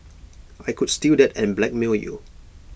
I could steal that and blackmail you